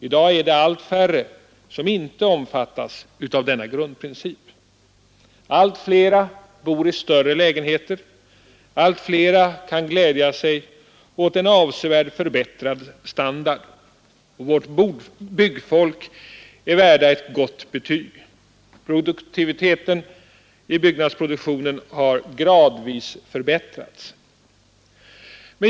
I dag är det allt färre som inte omfattas av denna grundprincip. Allt flera bor i större lägenheter. Allt flera kan glädja sig åt en avsevärt förbättrad standard. Vårt byggfolk är värda ett gott betyg. Produktiviteten inom byggnadsbranschen har gradvis förbättrats.